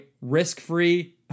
risk-free